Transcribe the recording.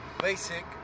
basic